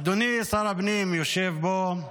אדוני שר הפנים יושב פה,